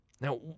Now